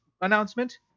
announcement